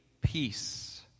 peace